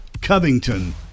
Covington